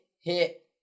hit